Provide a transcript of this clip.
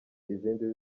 izindi